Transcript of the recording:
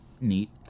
neat